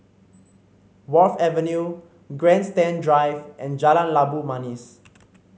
Wharf Avenue Grandstand Drive and Jalan Labu Manis